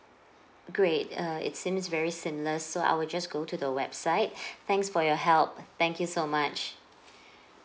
great err it seems very seamless so I will just go to the website thanks for your help thank you so much